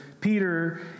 Peter